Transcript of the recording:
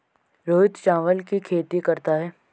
रोहित चावल की खेती करता है